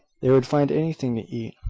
they would find anything to eat.